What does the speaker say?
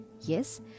Yes